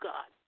God